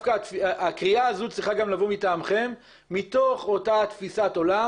הקריאה הזו צריכה לבוא גם מטעמכם מתוך אותה תפיסת עולם